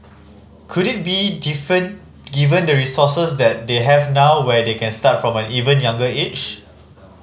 could it be different given the resources that they have now where they can start from an even younger age